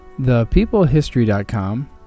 thepeoplehistory.com